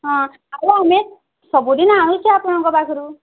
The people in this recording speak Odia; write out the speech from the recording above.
ହଁ ଆଉ ଆମେ ସବୁଦିନ ଆଣୁଛୁ ଆପଣଙ୍କ ପାଖରୁ